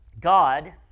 God